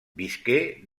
visqué